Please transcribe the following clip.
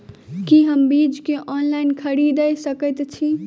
की हम बीज केँ ऑनलाइन खरीदै सकैत छी?